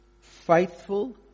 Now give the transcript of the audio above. faithful